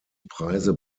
preise